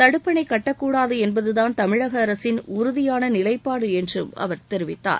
தடுப்பணை கட்டக்கூடாது என்பதுதான் தமிழக அரசின் உறுதியான நிலைப்பாடு என்றும் அவர் தெரிவித்தார்